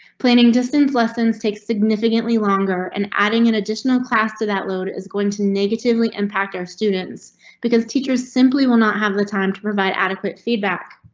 planning distance lessons takes significantly longer. an adding an additional class to that load is going to negatively impact our students because teachers simply will not have the time to provide adequate feedback.